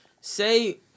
say